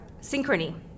synchrony